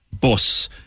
bus